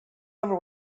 over